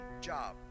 job